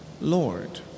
Lord